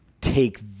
take